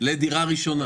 אין הלימה למדרגות ההן.